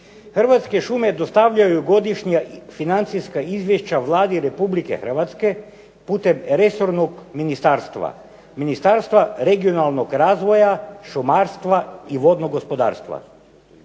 "Hrvatske šume dostavljaju godišnja financijska izvješća Vladi Republike Hrvatske putem resornog ministarstva, Ministarstva regionalnog razvoja, šumarstva i vodnog gospodarstva."